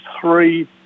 three